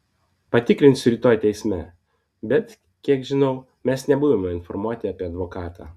patikrinsiu rytoj teisme bet kiek žinau mes nebuvome informuoti apie advokatą